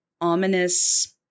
Ominous